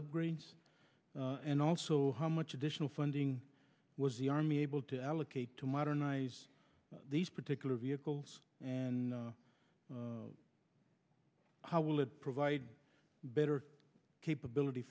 upgrades and also how much additional funding was the army able to allocate to modernize these particular vehicles and how will it provide better capability